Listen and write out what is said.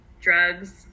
drugs